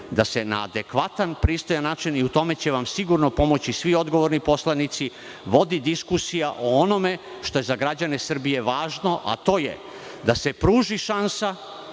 da se na adekvatan, pristojan način, i u tome će vam sigurno pomoći svi odgovorni poslanici, vodi diskusija o onome što je za građane Srbije važno, a to je da se pruži šansa